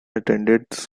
attended